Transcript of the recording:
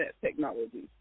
technology